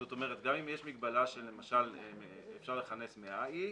זאת אומרת, גם אם יש מגבלה שאפשר לכנס 100 איש,